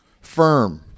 firm